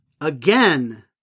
again